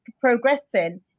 progressing